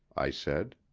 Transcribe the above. i said.